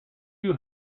you